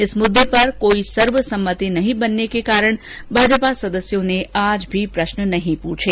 इस मुद्दे पर कोई सर्वसम्मति नहीं बनने के कारण भाजपा सदस्यों ने आज भी प्रश्न नहीं पूछे